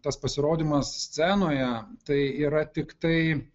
tas pasirodymas scenoje tai yra tiktai